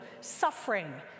suffering